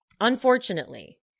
unfortunately